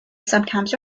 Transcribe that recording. sometimes